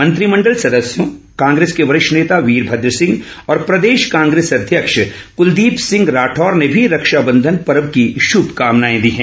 मंत्रिमण्डल सदस्यों कांग्रेस के वरिष्ठ नेता वीरभद्र सिंह और प्रदेश कांग्रेस अध्यक्ष कुलदीप सिंह राठौर ने भी रक्षाबंधन पर्व की शुभकामनाएं दी हैं